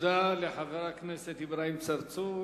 תודה לחבר הכנסת אברהים צרצור.